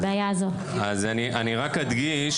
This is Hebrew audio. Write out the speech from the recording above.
(אומרת דברים בשפת הסימנים, להלן תרגומם: